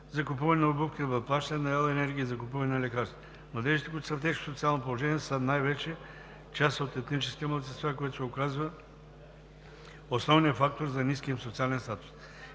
закупуване на обувки, заплащане на електрическа енергия и закупуване на лекарства. Младежите, които са в тежко социално положение, са най-вече част от етническите малцинства, което се оказва основният фактор за ниския им социален статус.